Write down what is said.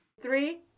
Three